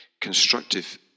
constructive